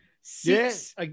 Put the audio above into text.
Six